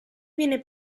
viene